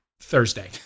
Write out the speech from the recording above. Thursday